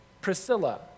priscilla